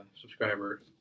subscriber